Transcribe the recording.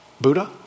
Buddha